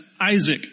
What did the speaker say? Isaac